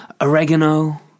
oregano